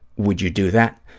would you do that?